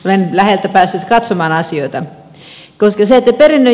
olen läheltä päässyt katsomaan asioita